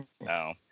no